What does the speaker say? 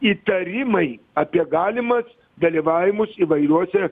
įtarimai apie galimas dalyvavimus įvairiuose